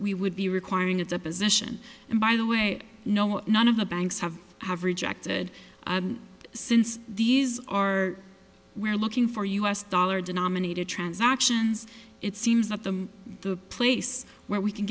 we would be requiring a deposition and by the way i know none of the banks have have rejected since these are we're looking for u s dollar denominated transactions it seems that the the place where we can